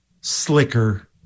slicker